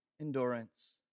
endurance